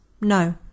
No